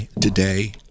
today